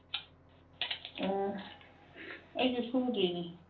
ꯑꯣ ꯑꯩꯁꯨ ꯁꯨꯗꯦꯅꯦ